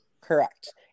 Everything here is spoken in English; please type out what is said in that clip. Correct